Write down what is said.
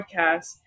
podcast